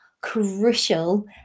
crucial